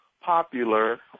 popular